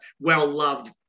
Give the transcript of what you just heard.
well-loved